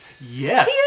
Yes